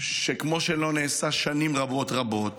שכמו שלא נעשה שנים רבות רבות.